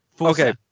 okay